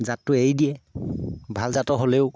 জাতটো এৰি দিয়ে ভাল জাতৰ হ'লেও